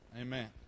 Amen